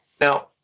now